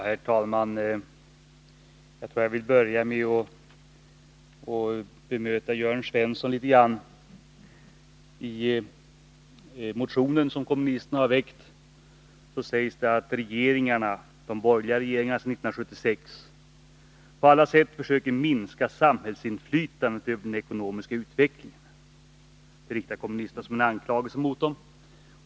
Herr talman! Jag tror att jag vill börja med att bemöta Jörn Svensson litet grand. I den motion som kommunisterna har väckt sägs det att de borgerliga regeringarna sedan 1976 på olika sätt försöker minska samhällsinflytandet över den ekonomiska utvecklingen. Det riktar kommunisterna som en anklagelse mot dem.